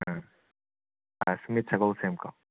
ꯎꯝ ꯁꯨꯃꯤꯠ ꯁꯒꯣꯜꯁꯦꯝ ꯀꯣ